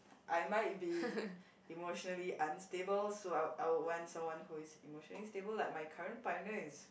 I might be emotionally unstable so I'll I would want someone who is emotionally stable like my current partner is